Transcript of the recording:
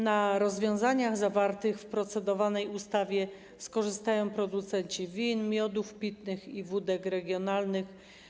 Na rozwiązaniach zawartych w procedowanej ustawie skorzystają producenci win, miodów pitnych i wódek regionalnych.